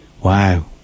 Wow